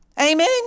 Amen